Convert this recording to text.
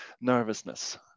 nervousness